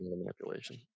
manipulation